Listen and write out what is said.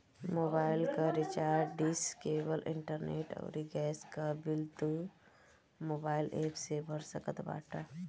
mobile कअ recharge, dish, cable, internet अउरी gas कअ बिल तू मोबाइल एप्प से भर सकत बाटअ